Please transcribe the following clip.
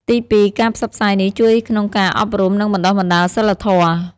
ទីពីរ ការផ្សព្វផ្សាយនេះជួយក្នុងការអប់រំ និងបណ្ដុះបណ្ដាលសីលធម៌។